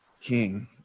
king